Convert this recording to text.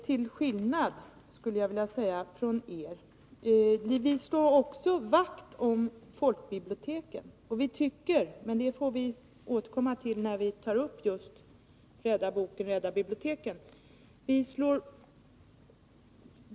Vi vill också slå vakt om folkbiblioteken, men vi får återkomma till den frågan när ”Rädda boken — Rädda biblioteken” tas upp.